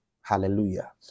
Hallelujah